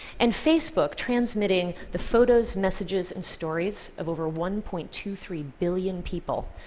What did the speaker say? and facebook transmitting the photos, messages and stories of over one point two three billion people.